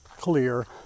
clear